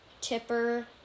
Tipper